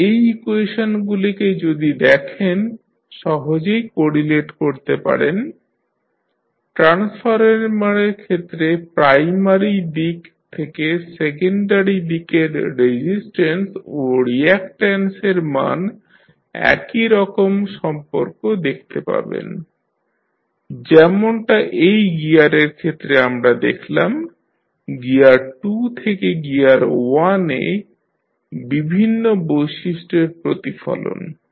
তাহলে এই ইকুয়েশনগুলিকে যদি দেখেন সহজেই কোরিলেট করতে পারেন ট্রান্সফরমারের ক্ষেত্রে প্রাইমারি দিক থেকে সেকেন্ডারি দিকের রেজিস্ট্যান্স ও রিয়াকট্যান্স এর মান একইরকম সম্পর্ক দেখতে পাবেন যেমনটা এই গিয়ারের ক্ষেত্রে আমরা দেখলাম গিয়ার 2 থেকে গিয়ার 1 এ বিভিন্ন বৈশিষ্ট্যের প্রতিফলন